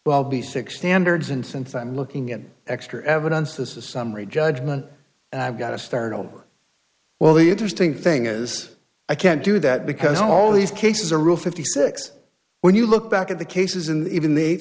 well be sixty anderson since i'm looking at extra evidence this is a summary judgment and i've got to start over well the interesting thing is i can't do that because all these cases are real fifty six when you look back at the cases in even